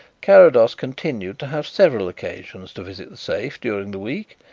carrados continued to have several occasions to visit the safe during the week,